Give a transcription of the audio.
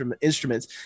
instruments